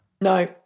No